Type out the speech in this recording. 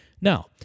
Now